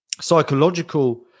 psychological